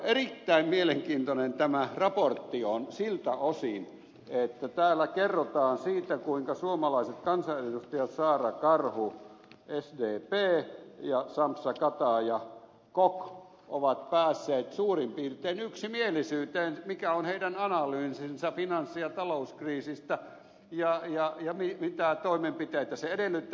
erittäin mielenkiintoinen tämä raportti on siltä osin että täällä kerrotaan siitä kuinka suomalaiset kansanedustajat saara karhu sdp ja sampsa kataja kok ovat päässeet suurin piirtein yksimielisyyteen siitä mikä on heidän analyysinsä finanssi ja talouskriisistä ja siitä mitä toimenpiteitä se edellyttää